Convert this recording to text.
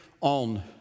on